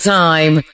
time